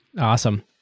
Awesome